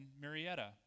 Marietta